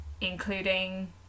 including